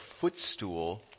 footstool